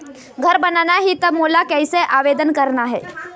घर बनाना ही त मोला कैसे आवेदन करना हे?